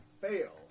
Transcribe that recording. fail